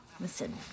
Listen